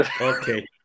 Okay